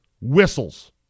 whistles